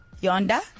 Yonder